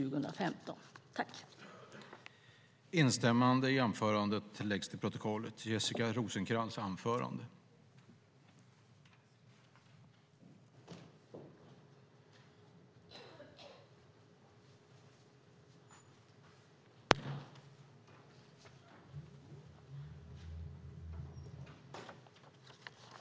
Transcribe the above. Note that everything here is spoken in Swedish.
I detta anförande instämde Bengt Berg .